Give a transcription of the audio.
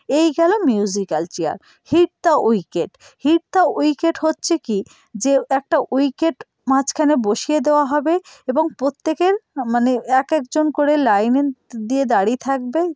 এই গেল musical chair hit the wicket hit the wicket হচ্ছে কী যে একটা উইকেট মাঝখানে বসিয়ে দেওয়া হবে এবং প্রত্যেকের মানে এক একজন করে লাইন দিয়ে দাঁড়িয়ে থাকবে